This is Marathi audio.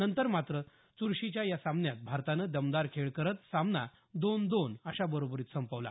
नंतर मात्र च्रशीच्या या सामन्यात भारतानं दमदार खेळ करत सामना दोन दोन अशा बरोबरीत संपवला